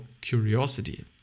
curiosity